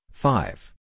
Five